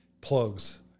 plugs